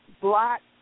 black